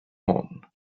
one